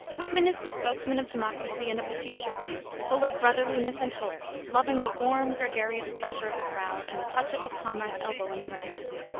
whitman is the spokesman of democracy and of the future full of brotherliness and hope, loving the warm, gregarious pressure of the crowd and the touch of his comrade's elbow in the ranks.